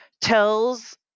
tells